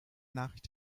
nachricht